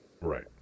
right